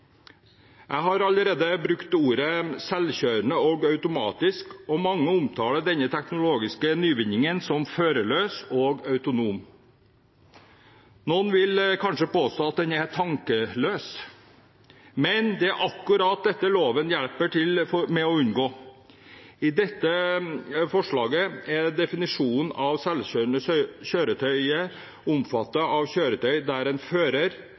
Jeg har allerede brukt ordet selvkjørende og automatisk, og mange omtaler denne teknologiske nyvinningen som førerløs og autonom. Noen vil kanskje påstå at den er tankeløs, men det er akkurat dette loven hjelper til med å unngå. I dette forslaget er definisjonen av selvkjørende kjøretøy omfattet av kjøretøy der en fører